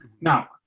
Now